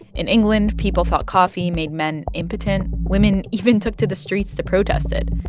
in england, people thought coffee made men impotent. women even took to the streets to protest it.